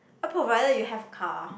provided you have a car